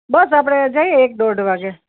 બસ આપણે જઈએ એક દોઢ વાગે